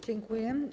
Dziękuję.